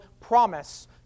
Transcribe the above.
promise